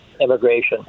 immigration